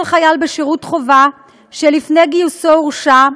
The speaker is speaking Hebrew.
כל חייל בשירות חובה שלפני גיוסו הורשע,